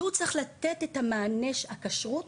שהוא צריך לתת את מענה הכשרות